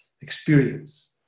experience